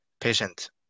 patient